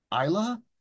Isla